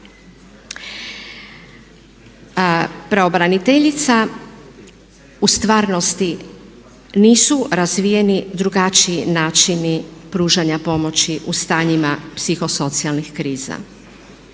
Pravobraniteljica u stvarnosti nisu razvijene drugačiji načini pružanja pomoći u stanjim psihosocijalnih kriza.